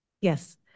Yes